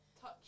touch